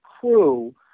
crew